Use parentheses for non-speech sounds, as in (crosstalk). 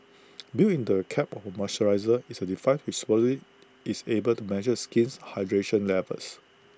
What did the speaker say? (noise) built into the cap of the moisturiser is A device which supposedly is able to measure the skin's hydration levels